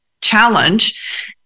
Challenge